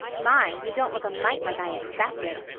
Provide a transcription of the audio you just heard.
my, you don't look a mite like i expected.